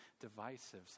divisive